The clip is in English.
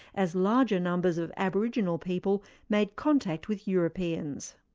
as larger numbers of aboriginal people made contact with europeans.